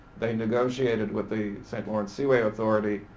they negotiated with the st. lawrence seaway authority.